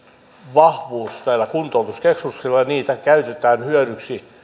vahvuus näillä kuntoutuskeskuksilla käytetään niitä hyödyksi